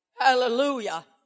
Hallelujah